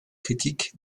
critiques